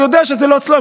הוא יודע שזה לא אצלו,